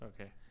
Okay